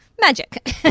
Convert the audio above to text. magic